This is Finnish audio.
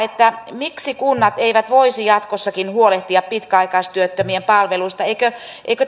miksi kunnat eivät voisi jatkossakin huolehtia pitkäaikaistyöttömien palveluista eikö